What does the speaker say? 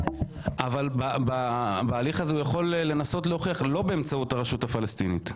אבל בהליך הזה הוא יכול לנסות להוכיח לא באמצעות הרשות הפלסטינית.